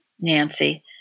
Nancy